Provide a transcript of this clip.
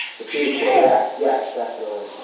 the future. yes, yes definitely.